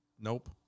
nope